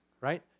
right